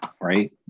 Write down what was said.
right